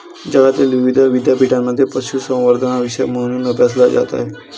जगातील विविध विद्यापीठांमध्ये पशुसंवर्धन हा विषय म्हणून अभ्यासला जात आहे